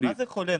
סליחה,